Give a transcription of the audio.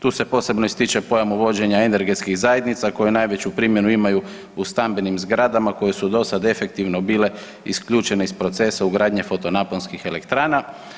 Tu se posebno ističe pojam uvođenja energetskih zajednica koje najveću primjenu imaju u stambenim zgradama koje su dosad efektivno bile isključene iz procesa ugradnje fotonaponskih elektrana.